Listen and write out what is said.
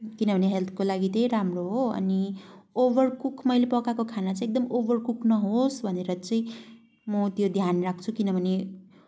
किनभने हेल्थको लागि त्यही राम्रो हो अनि ओभर कुक् मैले पकाएको खाना चाहिँ एकदम ओभर कुक् नहोस् भनेर चाहिँ म त्यो ध्यान राख्छु किनभने